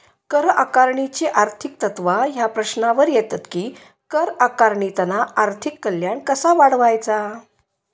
कर आकारणीची आर्थिक तत्त्वा ह्या प्रश्नावर येतत कि कर आकारणीतना आर्थिक कल्याण कसा वाढवायचा?